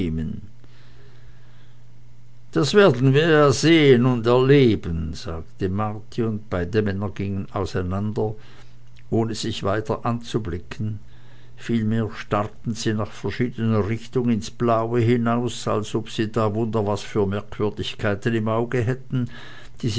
das werden wir ja sehen und erleben sagte marti und beide männer gingen auseinander ohne sich weiter anzublicken vielmehr starrten sie nach verschiedener richtung ins blaue hinaus als ob sie da wunder was für merkwürdigkeiten im auge hätten die